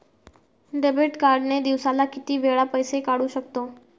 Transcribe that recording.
Debit card ने दिवसाला किती वेळा पैसे काढू शकतव?